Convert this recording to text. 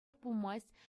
пулмасть